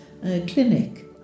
clinic